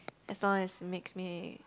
as long as makes me